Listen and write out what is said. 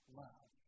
love